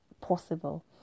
possible